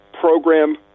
program